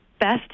best